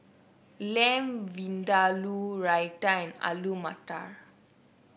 Lamb Vindaloo Raita and Alu Matar